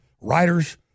writers